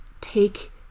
take